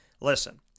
listen